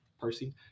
person